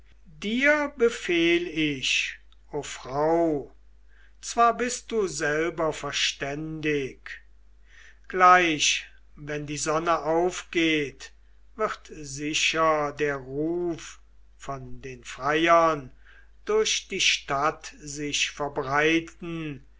dir befehl ich o frau zwar bist du selber verständig gleich wenn die sonn aufgeht wird sicher der ruf von den freiern durch die stadt sich verbreiten